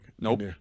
Nope